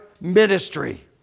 ministry